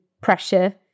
pressure